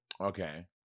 Okay